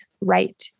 right